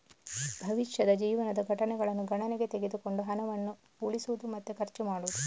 ಭವಿಷ್ಯದ ಜೀವನದ ಘಟನೆಗಳನ್ನ ಗಣನೆಗೆ ತೆಗೆದುಕೊಂಡು ಹಣವನ್ನ ಉಳಿಸುದು ಮತ್ತೆ ಖರ್ಚು ಮಾಡುದು